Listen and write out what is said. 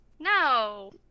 No